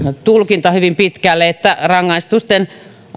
tulkinta hyvin pitkälle että rangaistusten